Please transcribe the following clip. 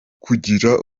kugira